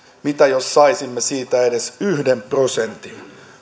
mitä jos saisimme siitä edes yhden prosentin